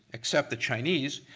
except the chinese,